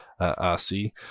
RC